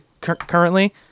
currently